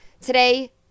Today